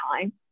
time